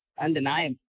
undeniable